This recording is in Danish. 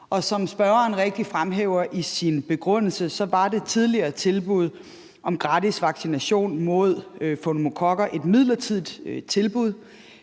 og som spørgeren rigtigt fremhæver i sin begrundelse, var det tidligere tilbud om gratis vaccination mod pneumokokker et midlertidigt tilbud.